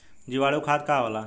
जीवाणु खाद का होला?